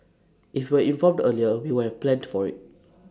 if we informed earlier we would planned for IT